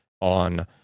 on